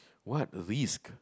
what risk